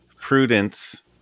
Prudence